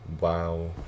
Wow